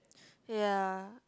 ya